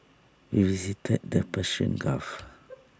we visited the Persian gulf